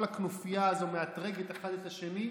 כל הכנופיה הזאת מאתרגת אחד את השני.